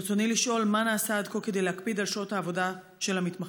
ברצוני לשאול: מה נעשה עד כה כדי להקפיד על שעות העבודה של המתמחים?